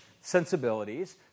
sensibilities